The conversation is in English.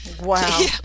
wow